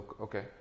Okay